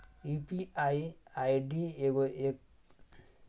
UPI ID एगो पता हइ जे यू.पी.आई पर आपन पहचान करावो हइ